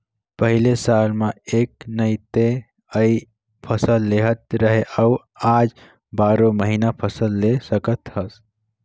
पहिले साल म एक नइ ते इ फसल लेहत रहें अउ आज बारो महिना फसल ले सकत हस